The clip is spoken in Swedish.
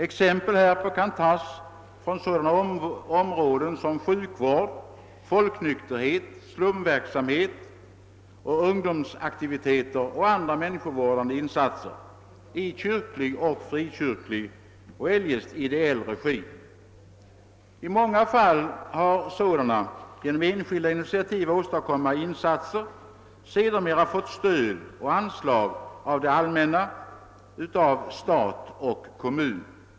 Exempel härpå kan tas från sådana områden som sjukvård, folknykterhet, slumverksamhet, ungdomsaktiviteter och andra människovårdande insatser i kyrklig, fri kyrklig och eljest ideell regi. I många fall har sådana genom enskilda initiativ åstadkomna insatser sedermera fått stöd och anslag av det allmänna, av stat och kommun.